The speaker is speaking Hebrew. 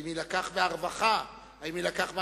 האם יילקח מהרווחה, האם יילקח מהביטחון?